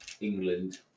England